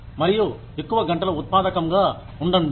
మరియు ఎక్కువ గంటలు ఉత్పాదకం గా ఉండండి